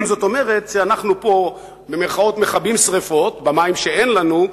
זאת אומרת שאנחנו פה מכבים שרפות במים שאין לנו,